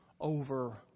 over